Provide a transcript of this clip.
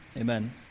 Amen